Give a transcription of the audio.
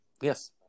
Yes